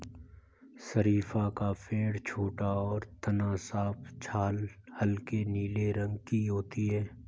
शरीफ़ा का पेड़ छोटा और तना साफ छाल हल्के नीले रंग की होती है